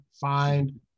find